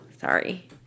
sorry